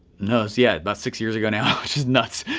no yeah about six years ago now, which is nuts.